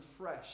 fresh